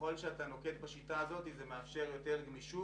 ככל שאתה נוקט בשיטה הזאת זה מאפשר יותר גמישות